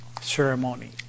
ceremony